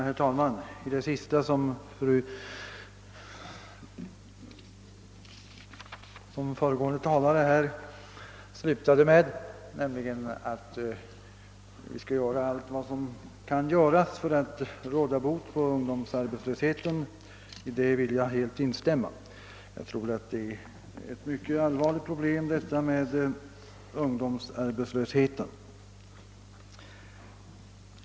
Herr talman! Jag vill helt instämma i det som den föregående talaren slutade med, nämligen att vi måste göra allt som kan göras för att råda bot på ungdomsarbetslösheten, som verkligen är ett mycket allvarligt problem.